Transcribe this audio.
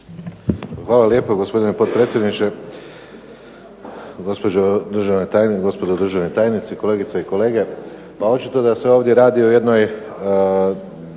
Hvala lijepo, gospodine potpredsjedniče. Gospodo državni tajnici, kolegice i kolege.